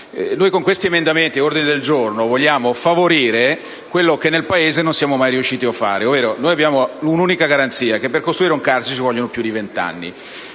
Con questi emendamenti e ordini del giorno noi vogliamo favorire quello che nel Paese non siamo mai riusciti a fare. Noi abbiamo un'unica garanzia: per costruire un carcere ci vogliono più di vent'anni.